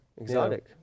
Exotic